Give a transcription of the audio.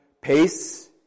pace